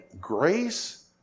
grace